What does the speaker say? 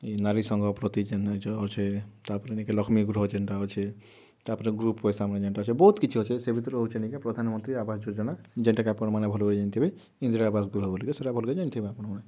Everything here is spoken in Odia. ନାରୀ ସଂଘ ପ୍ରତିଦିନ୍ ଯେଉଁ ଅଛେ ତାପରେ ନେଇକେ ଲକ୍ଷ୍ମୀ ଗୃହ ଯେନ୍ତା ଅଛେ ତାପରେ ଗ୍ରୁପ୍ ପଇସା ଆମର୍ ଯେନ୍ତା ଅଛେ ବହୁତ୍ କିଛି ଅଛେ ସେ ଭିତରୁ ହେଉଛି ନେଇକେ ପ୍ରାଧାନମନ୍ତ୍ରୀ ଆବାସ୍ ଯୋଜନା ଯେନ୍ଟା କି ଆପଣମାନେ ଭଲ ଭାବରେ ଜାଣିଥିବେ ଇନ୍ଦିରା ଆବାସ୍ ଗୃହ ବୋଲିକରି ସେଇଟା ଭଲ୍ କି ଜାଣିଥିବେ ଆପଣମାନେ